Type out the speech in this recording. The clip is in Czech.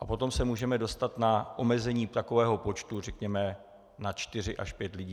a potom se můžeme dostat na omezení takového počtu řekněme na čtyři až pět lidí.